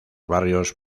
barrios